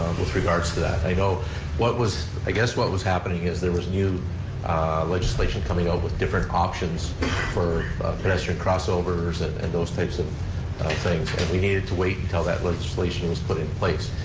with regard to that. i know what was, i guess what was happening is there was new legislation coming out with different options for pedestrian crossovers and those types of things, and we needed to wait until that legislation was put in place.